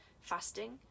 fasting